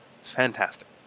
fantastic